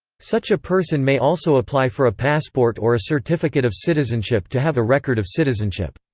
such a person may also apply for a passport or a certificate of citizenship to have a record of citizenship.